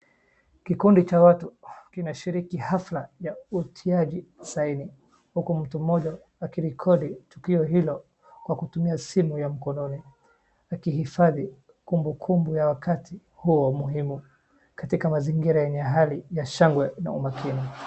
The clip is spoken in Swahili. Kikundi cha watu kinashiriki hafla ya utiaji sahihi, huku mtu mmoja akirekodi tukio hilo kwa kutumia simu ya mkononi, akihifadhi kumbukumbu ya wakati huo muhimu, katika mazingira yenye hali ya shangwe na umakini.